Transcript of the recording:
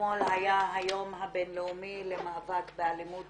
אתמול היה היום הבין-לאומי למאבק באלימות